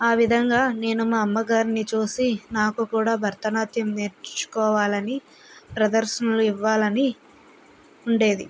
ఆ విధంగా నేను మా అమ్మ గారిని చూసి నాకు కూడా భరత నాట్యం నేర్చుకోవాలని ప్రదర్శనలు ఇవ్వాలని ఉండేది